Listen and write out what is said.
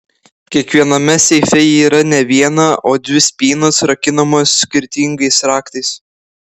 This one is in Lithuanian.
kiekviename seife yra ne viena o dvi spynos rakinamos skirtingais raktais